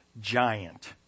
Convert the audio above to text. giant